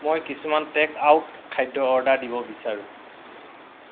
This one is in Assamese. মই কিছুমান টেক আউট খাদ্য অৰ্ডাৰ দিব বিচাৰোঁ